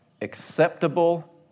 acceptable